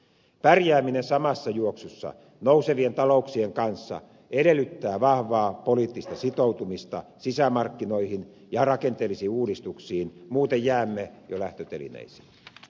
pärjääminen samassa juoksussa nousevien talouksien kanssa edellyttää vahvaa poliittista sitoutumista sisämarkkinoihin ja rakenteellisiin uudistuksiin muuten jäämme jo lähtötelineisiin